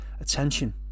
attention